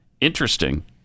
interesting